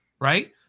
Right